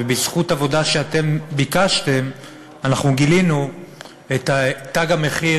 ובזכות עבודה שאתם ביקשתם אנחנו גילינו את המחיר